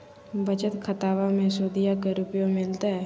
बचत खाताबा मे सुदीया को रूपया मिलते?